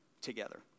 together